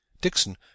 Dixon